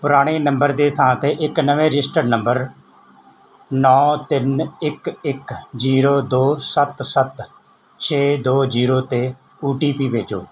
ਪੁਰਾਣੇ ਨੰਬਰ ਦੀ ਥਾਂ 'ਤੇ ਇੱਕ ਨਵੇਂ ਰਜਿਸਟਰਡ ਨੰਬਰ ਨੌਂ ਤਿੰਨ ਇੱਕ ਇੱਕ ਜੀਰੋ ਦੋ ਸੱਤ ਸੱਤ ਛੇ ਦੋ ਜੀਰੋ 'ਤੇ ਓ ਟੀ ਪੀ ਭੇਜੋ